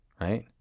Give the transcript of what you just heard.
right